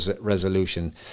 resolution